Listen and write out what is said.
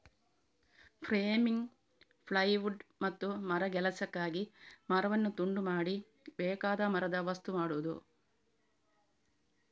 framing, plywood ಮತ್ತು ಮರಗೆಲಸಕ್ಕಾಗಿ ಮರವನ್ನು ತುಂಡು ಮಾಡಿ ಬೇಕಾದ ಮರದ ವಸ್ತು ಮಾಡುದು